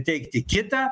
teikti kitą